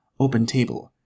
OpenTable